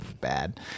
bad